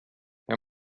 how